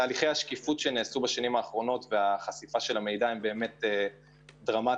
תהליכי השקיפות שנעשו בשנים האחרונות וחשיפת המידע הם באמת דרמטיים.